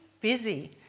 busy